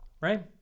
Right